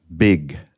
Big